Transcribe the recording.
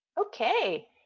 Okay